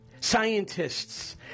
scientists